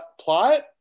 plot